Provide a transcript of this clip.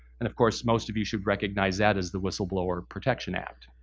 and of course, most of you should recognize that as the whistle blower protection act.